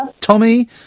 Tommy